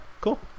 Cool